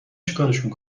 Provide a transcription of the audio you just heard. چیکارشون